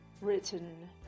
written